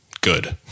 good